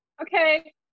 Okay